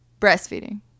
Breastfeeding